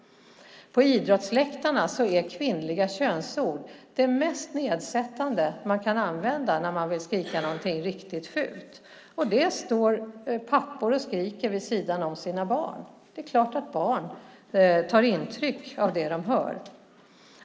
På idrottsläktarna är kvinnliga könsord det mest nedsättande man kan använda när man vill skrika något riktigt fult. Det står pappor och skriker vid sidan om sina barn. Det är klart att barn tar intryck av det de hör.